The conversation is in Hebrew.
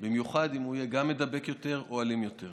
במיוחד אם הוא יהיה גם מידבק יותר או אלים יותר.